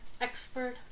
expert